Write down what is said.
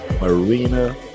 Marina